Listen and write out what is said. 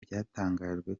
byatangajwe